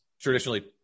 traditionally